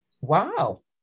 wow